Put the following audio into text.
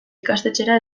ikastetxera